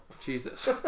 jesus